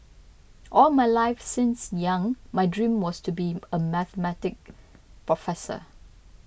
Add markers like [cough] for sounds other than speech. all my life since young my dream was to be [noise] a Mathematics professor